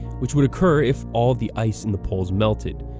which would occur if all the ice in the polls melted.